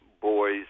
boys